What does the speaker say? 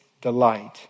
delight